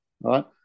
right